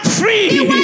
free